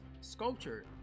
sculpture